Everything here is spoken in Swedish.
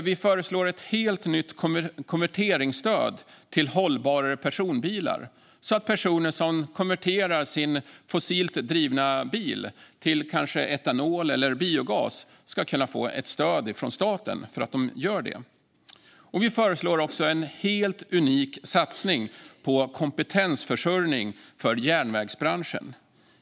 Vi föreslår också ett helt nytt konverteringsstöd så att personer som konverterar sin fossildrivna bil till etanol eller biogas ska kunna få ett stöd från staten för att de gör sin bil mer hållbar. Dessutom föreslår vi en helt unik satsning på kompetensförsörjning för järnvägsbranschen.